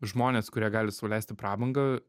žmones kurie gali sau leisti prabangą